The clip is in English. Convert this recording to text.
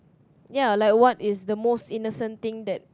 ya like what is the most innocent thing that